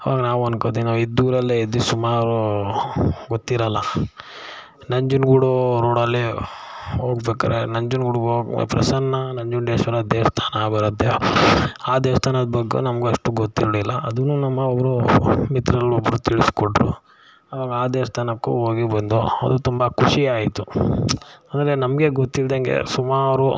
ಆವಾಗ ನಾವು ಅಂದ್ಕೋತಿನ್ ನಾವು ಇದ್ದೂರಲ್ಲೇ ಇದ್ದು ಸುಮಾರು ಗೊತ್ತಿರಲ್ಲ ನಂಜನಗೂಡು ರೋಡಲ್ಲಿ ಹೋಗ್ಬೇಕಾದ್ರೆ ನಂಜನಗೂಡಿಗ್ ಹೋಗ್ ಪ್ರಸನ್ನ ನಂಜುಂಡೇಶ್ವರ ದೇವಸ್ಥಾನ ಬರುತ್ತೆ ಆ ದೇವಸ್ಥಾನದ್ ಬಗ್ಗೆಯೂ ನಮಗಷ್ಟು ಗೊತ್ತಿರಲಿಲ್ಲ ಅದನ್ನೂ ನಮ್ಮ ಒಬ್ಬರು ಮಿತ್ರರಲ್ಲೊಬ್ಬರು ತಿಳಿಸಿಕೊಟ್ರು ಆವಾಗ ಆ ದೇವಸ್ಥಾನಕ್ಕೂ ಹೋಗಿ ಬಂದೋ ಅದು ತುಂಬ ಖುಷಿಯಾಯಿತು ಅಂದರೆ ನಮಗೆ ಗೊತ್ತಿಲ್ಲದಂಗೆ ಸುಮಾರು